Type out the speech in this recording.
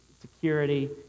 security